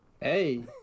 Hey